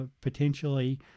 potentially